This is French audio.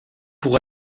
pour